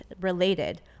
related